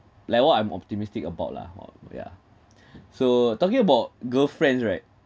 like what I'm optimistic about lah on yeah so talking about girlfriends right